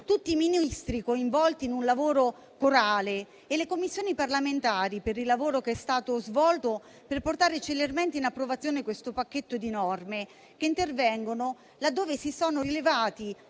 tutti i Ministri coinvolti in un lavoro corale e le Commissioni parlamentari per il lavoro che è stato svolto per portare celermente in approvazione questo pacchetto di norme, che intervengono laddove si sono rilevate